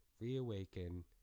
reawaken